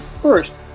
first